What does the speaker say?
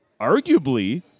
arguably